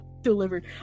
delivered